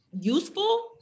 useful